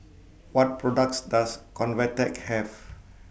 What products Does Convatec Have